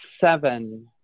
seven